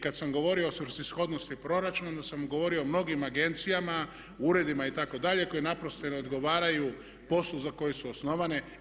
Kad sam govorio o svrsishodnosti proračuna onda sam govorio o mnogim agencijama, uredima itd. koji naprosto ne odgovaraju poslu za koji su osnovane.